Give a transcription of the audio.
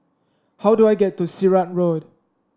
how do I get to Sirat Road